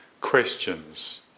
questions